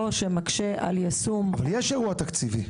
או שמקשה על יישום --- אבל יש אירוע תקציבי.